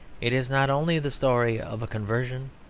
it is not only the story of a conversion,